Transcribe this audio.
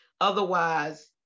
otherwise